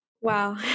Wow